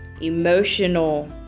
Emotional